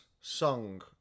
song